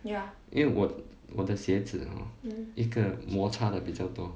因为我我的鞋子 hor 一个摩擦的比较多